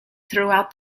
throughout